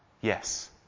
Yes